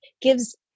gives